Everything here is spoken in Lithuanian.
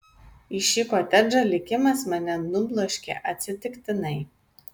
į šį kotedžą likimas mane nubloškė atsitiktinai